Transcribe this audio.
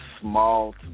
small